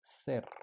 ser